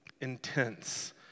intense